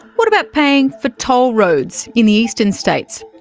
what about paying for toll roads in the eastern states?